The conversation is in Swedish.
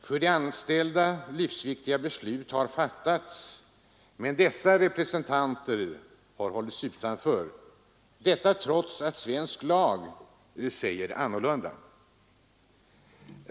För de anställda livsviktiga beslut har fattats, men deras representanter har hållits utanför, trots att svensk lag säger annorlunda.